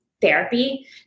therapy